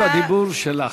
רשות הדיבור שלך.